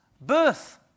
birth